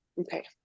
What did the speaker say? Okay